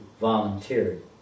volunteered